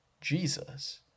Jesus